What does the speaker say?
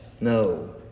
no